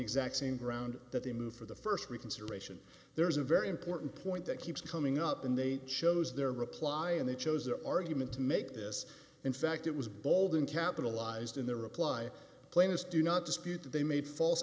exact same ground that they moved for the st reconsideration there is a very important point that keeps coming up and they chose their reply and they chose their argument to make this in fact it was bald uncapitalized in their reply plain as do not dispute that they made false